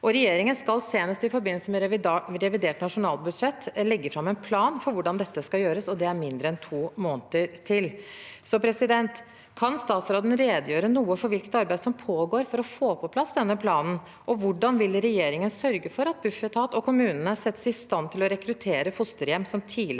Regjeringen skal senest i forbindelse med revidert nasjonalbudsjett legge fram en plan for hvordan dette skal gjøres, og det er mindre enn to måneder til. Kan statsråden redegjøre for hvilket arbeid som pågår for å få på plass denne planen? Og hvordan vil regjeringen sørge for at Bufetat og kommunene settes i stand til å rekruttere fosterhjem som tidligere